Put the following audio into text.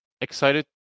Excited